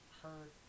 heard